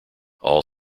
all